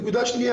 נקודה שנייה,